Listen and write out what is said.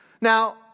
Now